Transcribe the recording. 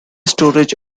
storage